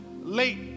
late